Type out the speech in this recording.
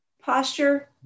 posture